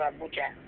Abuja